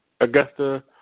Augusta